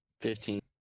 Fifteen